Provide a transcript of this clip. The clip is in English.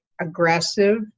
aggressive